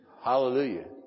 Hallelujah